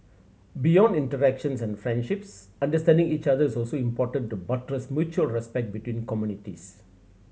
beyond interactions and friendships understanding each other is also important to buttress mutual respect between communities